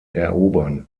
erobern